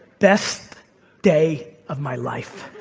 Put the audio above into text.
best day of my life.